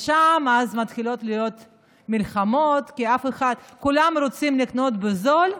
שם מתחילות מלחמות, כי כולם רוצים לקנות בזול,